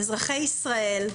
אזרחי ישראל,